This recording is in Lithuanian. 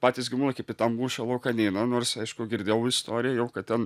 patys gyvūnai kaip į tą mūšio lauką neina nors aišku girdėjau istorijų kad ten